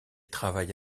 travaille